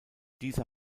dieser